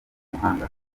umuhanga